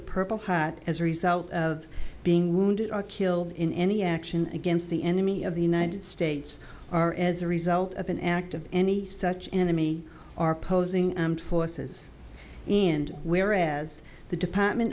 the purple hat as a result of being wounded or killed in any action against the enemy of the united states or as a result of an act of any such enemy are opposing forces and where as the department